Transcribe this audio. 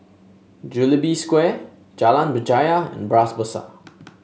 Jubilee Square Jalan Berjaya and Bras Basah